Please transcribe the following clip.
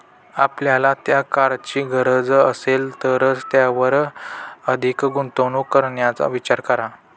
आपल्याला त्या कारची गरज असेल तरच त्यावर अधिक गुंतवणूक करण्याचा विचार करा